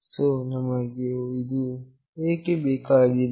so ನಮಗೆ ಇದು ಏಕೆ ಬೇಕಾಗಿದೆ